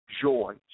joy